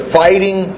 fighting